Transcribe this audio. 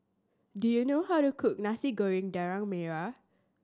do you know how to cook Nasi Goreng Daging Merah